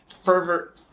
Fervor